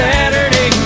Saturday